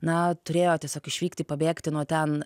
na turėjo tiesiog išvykti pabėgti nuo ten